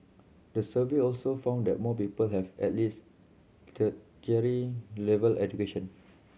the survey also found that more people have at least level education